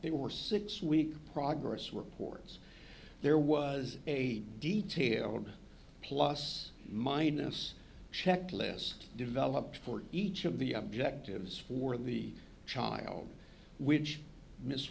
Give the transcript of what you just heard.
they were six week progress reports there was a detail on plus minus checklist developed for each of the objectives for the child which is